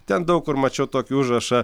ten daug kur mačiau tokį užrašą